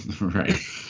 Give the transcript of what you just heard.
Right